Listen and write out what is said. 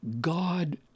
God